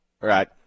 Right